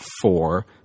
four